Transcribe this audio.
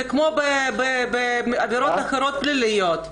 זה כמו בעבירות אחרות, פליליות.